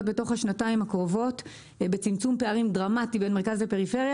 להיות בתוך השנתיים הקרובות בצמצום פערים דרמטי בין מרכז לפריפריה